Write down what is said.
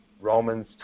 Romans